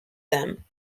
them